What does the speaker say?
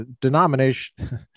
denomination